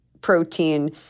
protein